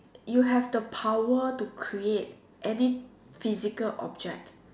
you have the power to create any physical object